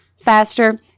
faster